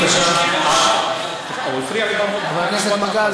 חבר הכנסת מגל,